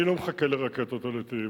אני לא מחכה לרקטות או לטילים,